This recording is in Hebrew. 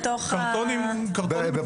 .